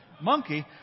monkey